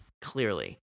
Clearly